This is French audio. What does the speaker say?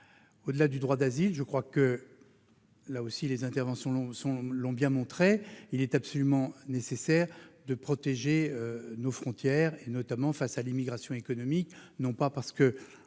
Au-delà du droit d'asile- là aussi, les interventions l'ont bien montré -, il est ensuite absolument nécessaire de protéger nos frontières, notamment face à l'immigration économique, non pas parce que